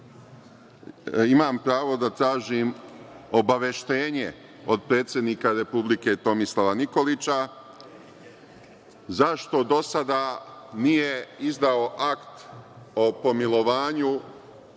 imam pravo da tražim obaveštenje od predsednika Republike Tomislava Nikolića – zašto do sada nije izdao akt o pomilovanju